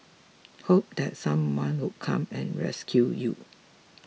hope that someone would come and rescue you